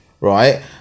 right